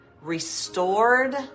restored